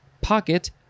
pocket